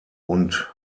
und